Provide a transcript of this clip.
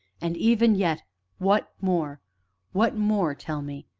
and even yet what more what more tell me.